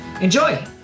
Enjoy